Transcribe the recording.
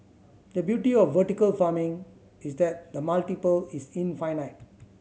the beauty of vertical farming is that the multiple is infinite